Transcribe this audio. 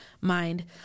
mind